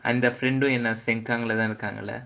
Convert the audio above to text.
அந்த:andha sengkang இருக்காங்களா:irukkaangalaa